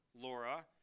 Laura